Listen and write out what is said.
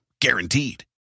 Guaranteed